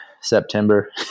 September